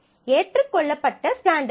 ஏற்றுக்கொள்ளப்பட்ட ஸ்டாண்டர்ட் இல்லை